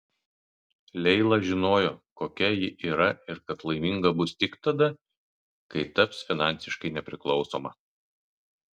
leila žinojo kokia ji yra ir kad laiminga bus tik tada kai taps finansiškai nepriklausoma